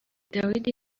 dawidi